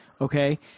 Okay